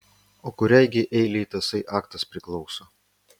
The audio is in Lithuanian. o kuriai gi eilei tasai aktas priklauso